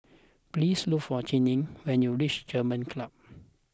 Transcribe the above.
please look for Cheri when you reach German Club